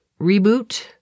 reboot